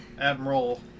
Admiral